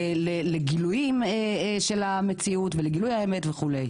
לגילויים של המציאות ולגילוי האמת וכו'.